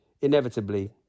Inevitably